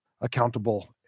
accountable